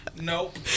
nope